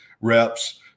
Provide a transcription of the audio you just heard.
reps